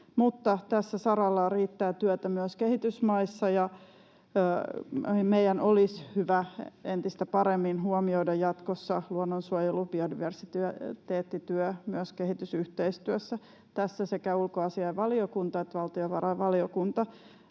Mutta tällä saralla riittää työtä myös kehitysmaissa, ja meidän olisi hyvä entistä paremmin huomioida jatkossa luonnonsuojelu-, biodiversiteettityö myös kehitysyhteistyössä. Tässä sekä ulkoasiainvaliokunta että valtiovarainvaliokunta ottivat